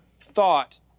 thought